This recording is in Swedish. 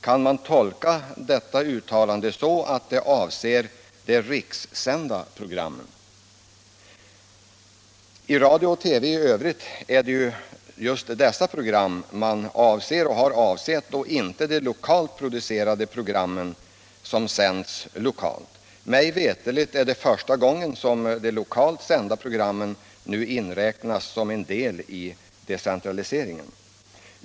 Kan man tolka detta uttalande så att det avser de rikssända programmen? I radio och TV i övrigt är det just dessa program man har avsett och inte de lokalt producerade programmen som sänds lokalt. Mig veterligt är det första gången de lokalt sända programmen inräknats.